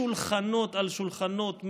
שולחנות על שולחנות,